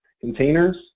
containers